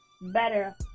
better